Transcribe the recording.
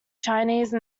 chinese